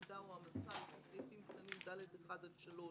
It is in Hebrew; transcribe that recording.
עמדה או המלצה לפי סעיפים קטנים (ד)(1) עד (3)